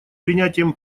принятием